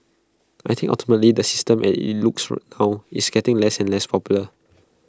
I think ultimately the system as IT looks now is getting less and less popular